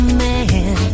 man